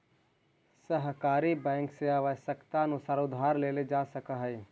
सहकारी बैंक से आवश्यकतानुसार उधार लेल जा सकऽ हइ